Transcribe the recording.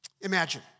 Imagine